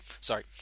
Sorry